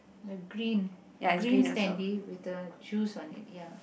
the green green sandy with the juice on it ya